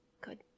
Good